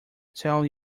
tell